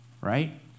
right